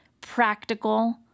practical